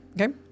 okay